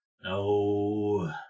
No